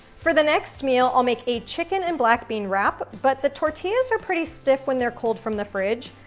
for the next meal, i'll make a chicken and black bean wrap. but the tortillas are pretty stiff when they're cold from the fridge,